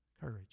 courage